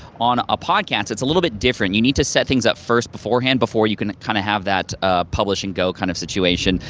on a podcast, it's a little bit different. you need to set things up first beforehand, before you can kind of have that ah publish and go kind of situation.